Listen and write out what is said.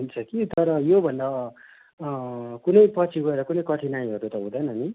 हुन्छ कि तर योभन्दा कुनै पछि गएर कुनै कठिनाईहरू त हुँदैन नि